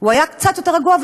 הוא היה קצת יותר רגוע.